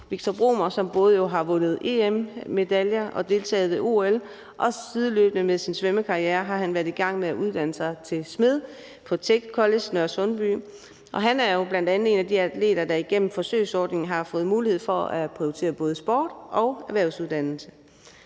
Viktor Bromer, som både har vundet EM-medaljer og deltaget ved OL, og som sideløbende med sin svømmekarriere har været i gang med at uddanne sig til smed på TECHCOLLEGE i Nørresundby. Og han er jo bl.a. en af de atleter, der igennem forsøgsordningen har fået mulighed for at prioritere både sport og en erhvervsuddannelse,